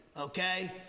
okay